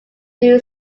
new